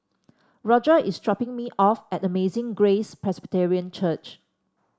Roger is dropping me off at Amazing Grace Presbyterian Church